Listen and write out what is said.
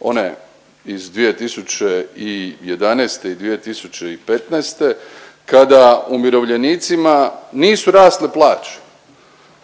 one iz 2011. i 2015. kada umirovljenicima nisu rasle plaće,